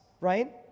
right